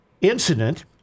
incident